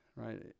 Right